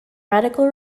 radical